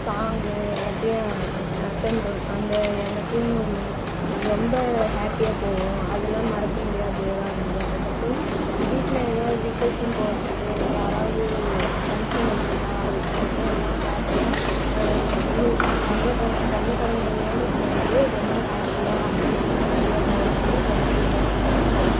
song எல்லாத்தையும் attend பண் அந்த எல்லாத்தையும் ரொம்ப ஹாப்பியாக போவோம் அதெலாம் மறக்க முடியாத டேவா இருந்தது அதுக்கப்புறம் வீட்டில் ஏதாவது விசேஷம் போகிறதுக்கு யாராவது ஃபங்க்ஷன் வச்சுருந்தா அதுக்கு போகிறது எல்லாம் ஹாப்பியாக ஊ சொந்தக்கார சொந்தக்காரவங்களோடய சேர்ந்து ரொம்ப ஹாப்பியாக அவங்களோட மகிழ்ச்சியாக போகக்குள்ள ரொம்ப சந்தோஷமாக இருக்கும்